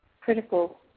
critical